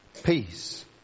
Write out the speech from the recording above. Peace